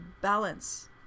balance